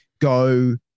go